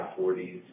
40s